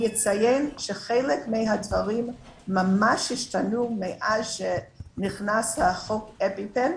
אני אציין שחלק מהדברים ממש השתנו מאז שנכנס חוק האפיפן.